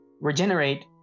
regenerate